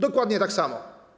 Dokładnie tak samo.